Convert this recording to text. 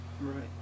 Right